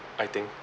I think